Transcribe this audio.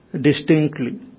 distinctly